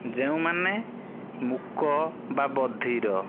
ଯେଉଁମାନେ ମୁକ ବା ବଧିର